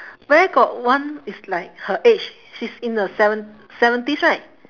where got one is like her age she's in her seven~ seventies right